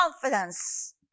confidence